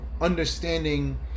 understanding